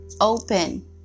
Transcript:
open